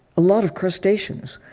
a lot of crustaceans,